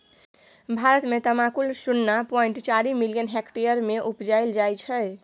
भारत मे तमाकुल शुन्ना पॉइंट चारि मिलियन हेक्टेयर मे उपजाएल जाइ छै